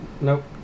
Nope